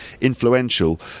influential